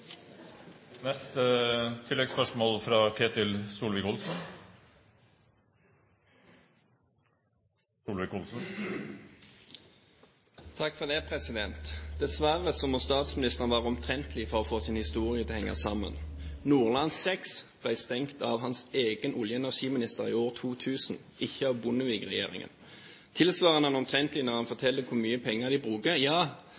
Ketil Solvik Olsen – til oppfølgingsspørsmål. Dessverre må statsministeren være omtrentlig for å få sin historie til å henge sammen. Nordland VI ble stengt av hans egen olje- og energiminister i år 2000, ikke av Bondevik-regjeringen. Tilsvarende er han omtrentlig når han forteller hvor mye penger de bruker. Ja,